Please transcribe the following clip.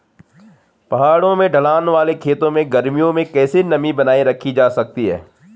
पहाड़ों में ढलान वाले खेतों में गर्मियों में कैसे नमी बनायी रखी जा सकती है?